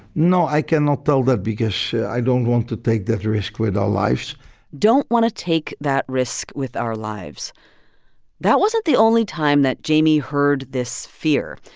no, i cannot tell that because i don't want to take that risk with our lives don't want to take that risk with our lives that wasn't the only time that jamie heard this fear.